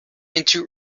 into